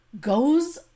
goes